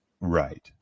right